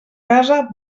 casa